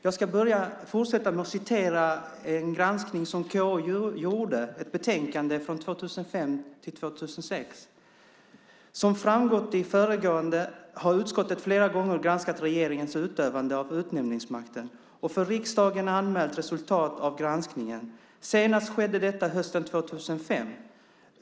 Jag ska fortsätta med att citera ett betänkande från 2005/06 i en granskning som KU gjorde. "Som framgått i det föregående har utskottet flera gånger granskat regeringens utövande av utnämningsmakten och för riksdagen anmält resultatet av granskningen. Senast skedde det hösten 2005.